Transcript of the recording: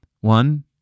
One